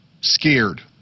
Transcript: scared